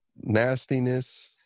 nastiness